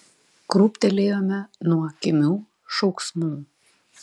krūptelėjome nuo kimių šauksmų